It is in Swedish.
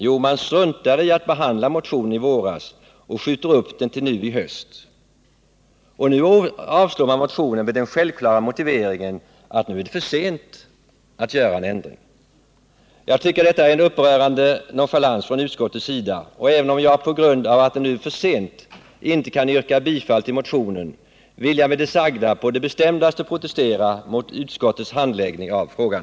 Jo, det struntade i att behandla motionen i våras och sköt upp behandlingen till nu i höst. I år avstyrks motionen med den självklara motiveringen att det nu är för sent att göra en ändring. Jag tycker att detta är en upprörande nonchalans från utskottets sida, och även om jag på grund av att det nu är för sent inte kan yrka bifall till motionen, vill jag med det sagda på det bestämdaste protestera mot utskottets handläggning av frågan.